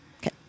Okay